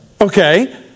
Okay